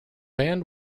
band